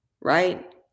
right